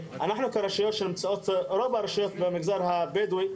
רוב הרשויות במגזר הבדואי,